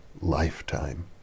lifetime